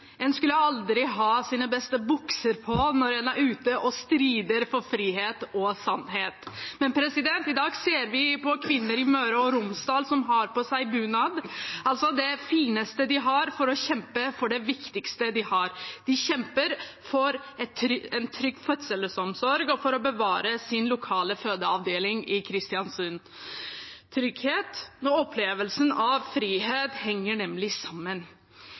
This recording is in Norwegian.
en er ute og strider for frihet og sannhet.» Men i dag ser vi kvinner i Møre og Romsdal som har på seg bunad, altså det fineste de har, for å kjempe for det viktigste de har. De kjemper for en trygg fødselsomsorg og for å bevare sin lokale fødeavdeling i Kristiansund. Trygghet og opplevelsen av frihet henger nemlig sammen.